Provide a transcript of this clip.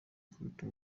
akubita